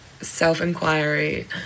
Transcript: self-inquiry